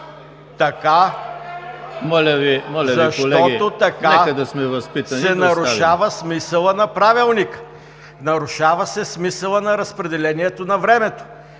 Защото така се нарушава смисълът на Правилника. Нарушава се смисълът на разпределението на времето.